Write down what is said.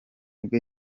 bwe